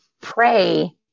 pray